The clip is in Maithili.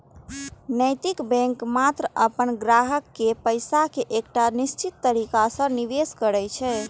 नैतिक बैंक मात्र अपन ग्राहक केर पैसा कें एकटा निश्चित तरीका सं निवेश करै छै